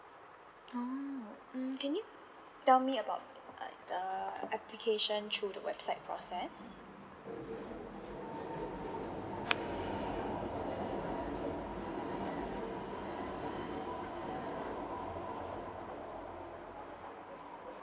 orh mm can you tell me about like the application through the website process